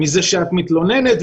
מזה שאת מתלוננת,